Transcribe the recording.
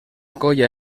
colla